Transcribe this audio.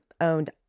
owned